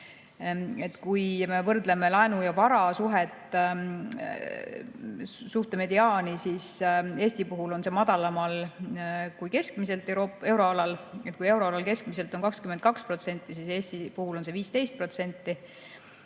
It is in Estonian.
Kui me võrdleme laenu ja vara suhet, suhtemediaani, siis Eesti puhul on see madalamal kui euroalal keskmiselt: kui euroalal on keskmiselt 22%, siis Eesti puhul on see 15%.